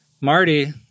Marty